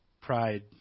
Pride